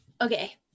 Okay